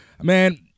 man